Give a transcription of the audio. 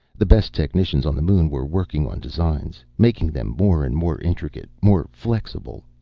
the best technicians on the moon were working on designs, making them more and more intricate, more flexible.